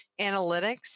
analytics